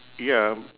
ya